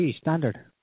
standard